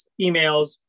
emails